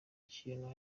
ikintu